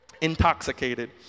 intoxicated